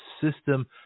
system